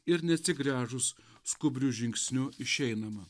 ir neatsigręžus skubriu žingsniu išeinama